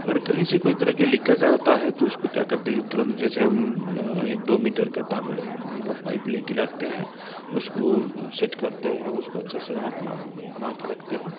अगर कहीं से कोई तरह की लीकेज आ जाता है तो उसको क्या करते हैं कि तुरंत जैसे हम एक दो मीटर का तार मतलब पाइप लेकर रखते हैं उसको सेट करते हैं उसको अच्छा से हम अपना बना कर रखते हैं